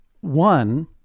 One